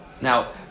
Now